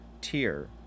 Tier